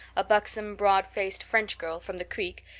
a buxom, broad-faced french girl from the creek,